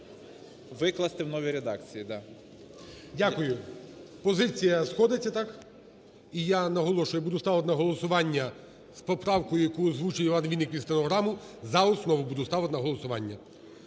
Викласти в новій редакції, так. ГОЛОВУЮЧИЙ. Дякую. Позиція сходиться. Так? І я наголошую, я буду ставити на голосування з поправкою, яку озвучив ІванВінник під стенограму, за основу буду ставити на голосування.